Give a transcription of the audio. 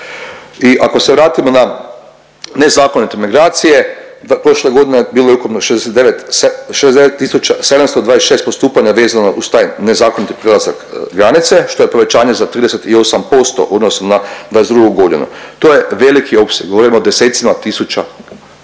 I ako se vratimo na nezakonite migracije, prošle godine bilo je ukupno 69, .../nerazumljivo/... 69 726 postupanja vezano uz taj nezakoniti prelazak granice, što je povećanje za 38% u odnosu na '22. g. To je veliki opseg, govorimo o desecima tisuća